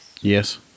Yes